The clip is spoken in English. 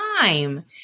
time